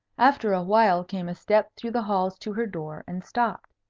after a while came a step through the halls to her door, and stopped.